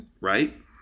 Right